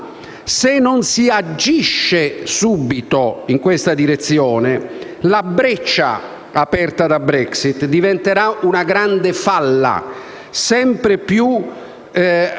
se non si agisce subito in questa direzione, la breccia aperta dalla Brexit diventerà una grande falla e sempre più